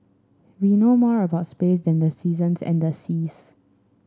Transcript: we know more about space than the seasons and the seas